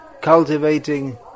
cultivating